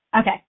Okay